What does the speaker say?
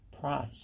price